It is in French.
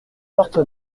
porte